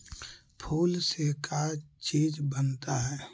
फूल से का चीज बनता है?